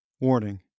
Warning